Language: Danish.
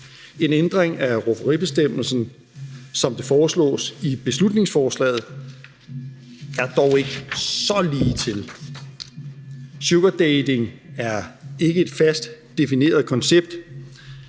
En ændring af rufferibestemmelsen, som det foreslås i beslutningsforslaget, er dog ikke så ligetil. Sugardating er ikke et fast defineret koncept.